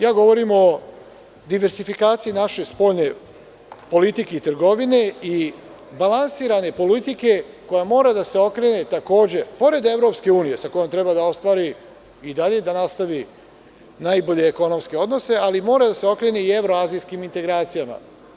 Ja govorim o difersifikaciji naše spoljne politike i trgovine i balansirane politike koja mora da se okrene, pored EU sa kojom treba da ostvari i dalje da nastavi najbolje ekonomske odnose, ali mora da se okrene i evroazijskim integracijama.